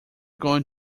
going